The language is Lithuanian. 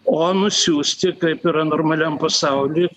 o nusiųsti kaip yra normaliam pasauly